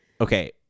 okay